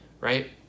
right